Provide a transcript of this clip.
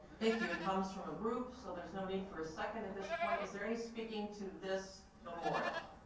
thank you, it comes from a group so there's no need for a second at this point. is there any speaking to this memorial?